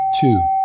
two